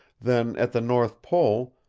then, at the north pole,